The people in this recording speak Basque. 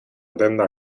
denda